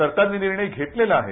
सरकारनी निर्णय घेतलेला आहे